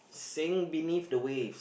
saying beneath the waves